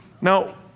Now